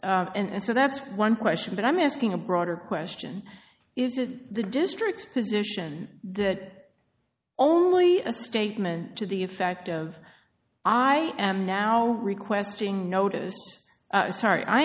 always and so that's one question but i'm asking a broader question is it the district's position that only a statement to the effect of i am now requesting notice sorry i